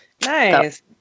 Nice